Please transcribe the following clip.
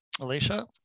Alicia